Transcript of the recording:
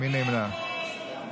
מי נמנע?